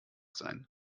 sein